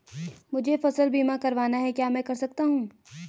मुझे फसल बीमा करवाना है क्या मैं कर सकता हूँ?